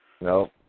No